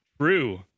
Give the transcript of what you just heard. True